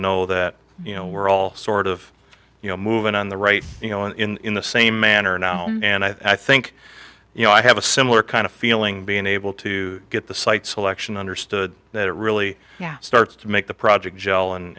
know that you know we're all sort of you know moving on the right you know in the same manner now and i think you know i have a similar kind of feel willing being able to get the site selection understood that it really starts to make the project gel and